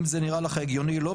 אם זה נראה לך הגיוני לא,